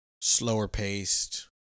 slower-paced